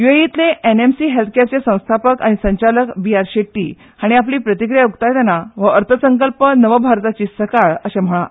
यूएएफतले NMC health care संस्थापक आनी संचालक बीआर शेट्टी हांणी आपली प्रतिक्रिया उकतायतना हो अर्थसंकल्प नव भारताची सकाळ अर्शे म्हळां